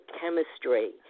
chemistry